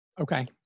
Okay